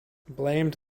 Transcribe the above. blamed